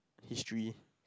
history